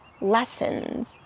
lessons